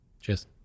Cheers